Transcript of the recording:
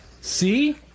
See